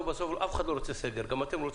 אף אחד אל רוצה סגר מוחלט.